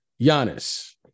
Giannis